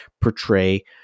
portray